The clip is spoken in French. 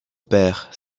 père